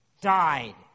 died